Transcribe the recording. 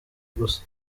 gusa